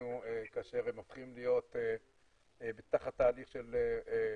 לתלמידינו כאשר הם הופכים להיות תחת תהליך של דה-לגיטימציה,